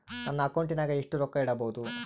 ನನ್ನ ಅಕೌಂಟಿನಾಗ ಎಷ್ಟು ರೊಕ್ಕ ಇಡಬಹುದು?